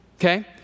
Okay